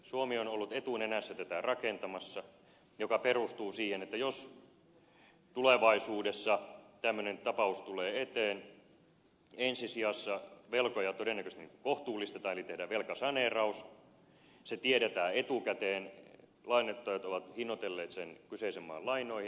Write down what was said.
suomi on ollut etunenässä tätä rakentamassa ja se perustuu siihen että jos tulevaisuudessa tämmöinen tapaus tulee eteen ensi sijassa velkoja todennäköisesti kohtuullistetaan eli tehdään velkasaneeraus se tiedetään etukäteen lainoittajat ovat hinnoitelleet sen kyseisen maan lainoihin